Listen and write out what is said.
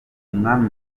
umwami